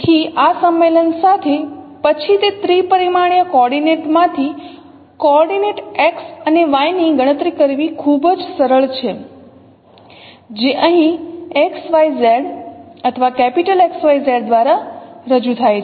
તેથી આ સંમેલન સાથે પછી તે ત્રિપરિમાણીય કોઓર્ડિનેટ માંથી કોઓર્ડિનેટ X અને Y ની ગણતરી કરવી ખૂબ જ સરળ છે જે અહીં X Y Z અથવા કેપિટલ X Y Z દ્વારા રજૂ થાય છે